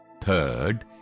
Third